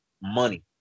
money